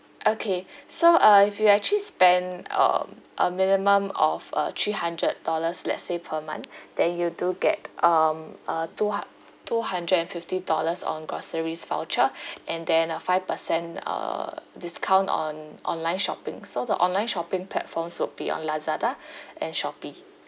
okay so uh if you actually spend um a minimum of uh three hundred dollars let's say per month then you do get um uh two hu~ two hundred and fifty dollars on groceries voucher and then a five percent uh discount on online shopping so the online shopping platforms would be on lazada and shopee